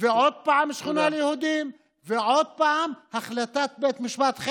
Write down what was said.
ועוד פעם שכונה ליהודים, ועוד פעם החלטת בית משפט.